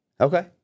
Okay